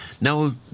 now